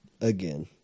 Again